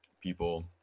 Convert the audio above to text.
people